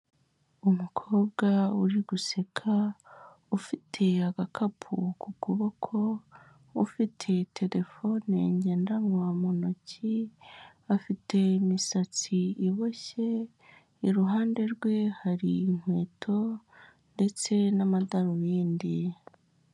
Umukobwa uri guseka ufite agakapu ku' kuboko ufite terefone, ngendanwa mu ntoki afite imisatsi iboshye iruhande rwe hari inkweto ndetse n'amadarubindi.